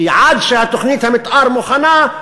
כי עד שתוכנית המתאר מוכנה,